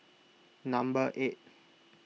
number eight